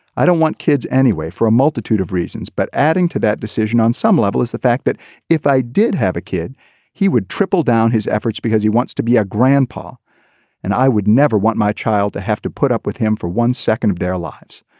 i don't want kids any way for a multitude of reasons but adding to that decision on some level is the fact that if i did have a kid he would triple down his efforts because he wants to be a grandpa and i would never want my child to have to put up with him for one second of their lives.